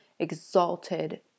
exalted